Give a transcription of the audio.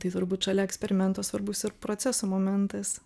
tai turbūt šalia eksperimento svarbus ir proceso momentas